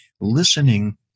listening